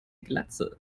glatze